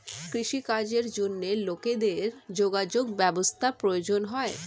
কৃষি কাজের জন্য লোকেদের যোগাযোগ ব্যবস্থার প্রয়োজন হয়